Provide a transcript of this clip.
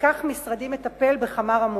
ובכך משרדי מטפל בכמה רמות.